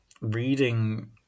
reading